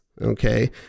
Okay